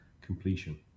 completion